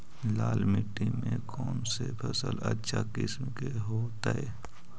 लाल मिट्टी में कौन से फसल अच्छा किस्म के होतै?